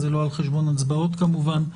זה לא על חשבון הצבעות כמובן.